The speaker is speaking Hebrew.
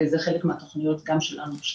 זה חלק מן התוכניות גם שלנו השנה.